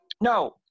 No